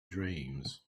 dreams